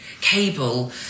cable